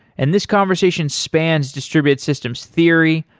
and this conversation spans distributed systems theory,